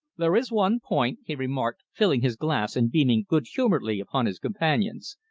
there is one point, he remarked, filling his glass and beaming good-humouredly upon his companions,